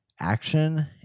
action